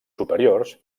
superiors